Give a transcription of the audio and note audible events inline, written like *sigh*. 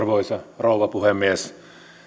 *unintelligible* arvoisa rouva puhemies